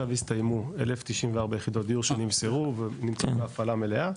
הסתיימו 1,094 יחידות דיור שנמסרו ונמצאים בהפעלה מלאה,